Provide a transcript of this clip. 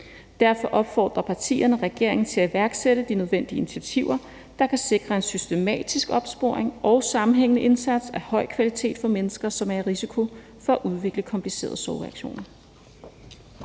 Derfor opfordrer partierne regeringen til at iværksætte de nødvendige initiativer, der kan sikre en systematisk opsporing og sammenhængende indsats af høj kvalitet for mennesker, som er i risiko for at udvikle komplicerede sorgreaktioner«.